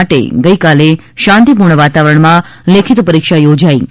માટે ગઇકાલે શાંતિપૂર્ણ વાતાવરણમાં લેખિત પરીક્ષા યોજાઇ હતી